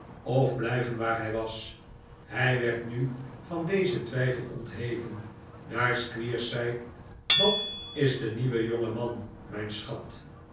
of blijven waar hij was hij werd nu van dezen twijfel ontheven daar squeers zei dat is de nieuwe jongeman mijn schat